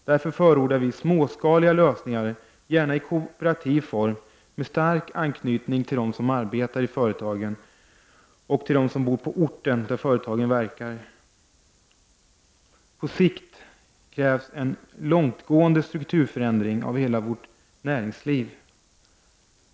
Därför förordar vi småskaliga lösningar, gärna i kooperativ form med stark anknytning till dem som arbetar i företagen och till dem som bor på orten där företagen verkar. På sikt krävs en långtgående strukturförändring av hela vårt näringsliv.